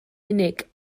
unig